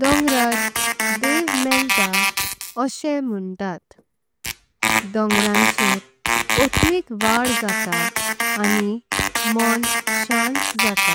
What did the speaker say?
डोंगरार। देव मेळता ओक्सेम म्हणतात डोंगरांचर। आत्मिक व्हाड जात आनि मण शांत जात।